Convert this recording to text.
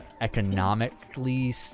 economically